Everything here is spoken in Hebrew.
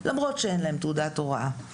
למרות שאין להם תעודת הוראה.